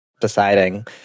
deciding